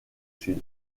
sud